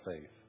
faith